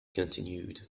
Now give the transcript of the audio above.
continued